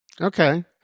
Okay